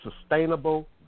sustainable